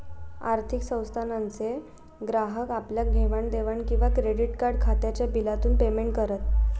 आर्थिक संस्थानांचे ग्राहक आपल्या घेवाण देवाण किंवा क्रेडीट कार्ड खात्याच्या बिलातून पेमेंट करत